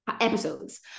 episodes